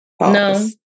No